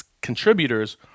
contributors –